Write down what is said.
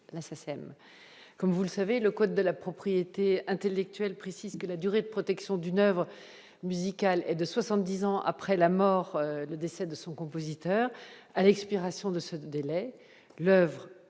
comme vous le savez, le code de la propriété intellectuelle, précise que la durée de protection d'une oeuvre musicale et de 70 ans après la mort, le décès de son compositeur à l'expiration de ce délai, le vrai peut être exploité librement